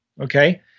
Okay